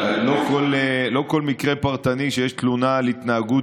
אבל לא כל מקרה פרטני שיש תלונה על התנהגות